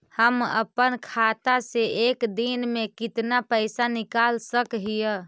हम अपन खाता से एक दिन में कितना पैसा निकाल सक हिय?